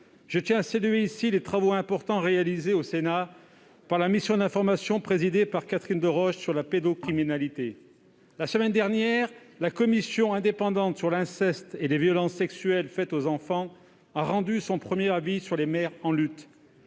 Je tiens à saluer ici les travaux importants réalisés au Sénat par la mission commune d'information présidée par Catherine Deroche sur la pédocriminalité. La semaine dernière, la commission indépendante sur l'inceste et les violences sexuelles faites aux enfants (Ciivise) a rendu un premier avis, sur les mères en lutte.